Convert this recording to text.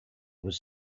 was